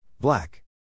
Black